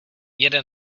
jeden